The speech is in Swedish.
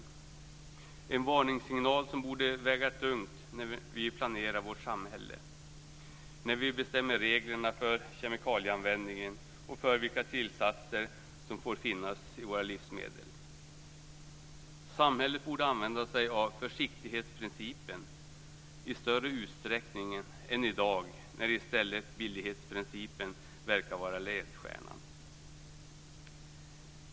Denna varningssignal borde väga tungt när vi planerar vårt samhälle och bestämmer reglerna för kemikalieanvändningen och för vilka tillsatser som får finnas i våra livsmedel. Samhället borde använda sig av försiktighetsprincipen i större utsträckning än i dag, när i stället billighetsprincipen verkar vara ledstjärnan.